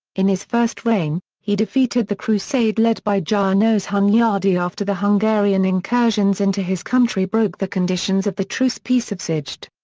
in his first reign, he defeated the crusade led by janos hunyadi after the hungarian incursions into his country broke the conditions of the truce peace of szeged.